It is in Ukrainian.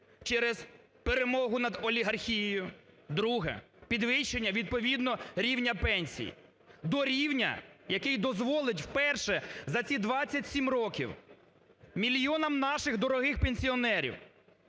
через перемогу над олігархією. Друге, підвищення відповідно рівня пенсій до рівня, який дозволить вперше за ці 27 років мільйонам наших дорогих пенсіонерів